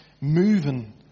moving